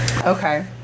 okay